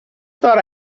thought